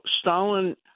Stalin